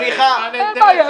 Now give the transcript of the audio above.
אין בעיה,